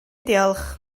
diolch